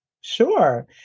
Sure